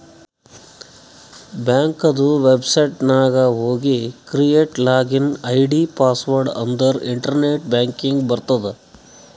ಬ್ಯಾಂಕದು ವೆಬ್ಸೈಟ್ ನಾಗ್ ಹೋಗಿ ಕ್ರಿಯೇಟ್ ಲಾಗಿನ್ ಐ.ಡಿ, ಪಾಸ್ವರ್ಡ್ ಅಂದುರ್ ಇಂಟರ್ನೆಟ್ ಬ್ಯಾಂಕಿಂಗ್ ಬರ್ತುದ್